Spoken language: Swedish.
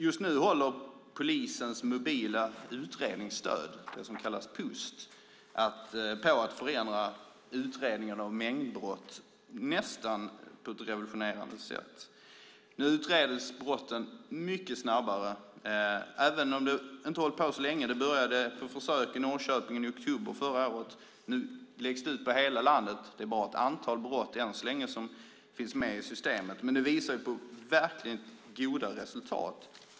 Just nu håller polisens mobila utredningsstöd, det som kallas PUST, på att förändra utredningarna av mängdbrott på ett nästan revolutionerande sätt. Nu utreds brotten mycket snabbare, även om det inte har hållit på så länge. Det började på försök i Norrköping i oktober förra året. Nu läggs det ut i hela landet. Det är bara ett antal brott som än så länge finns med i systemet, men det visar verkligen goda resultat.